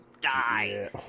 die